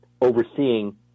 overseeing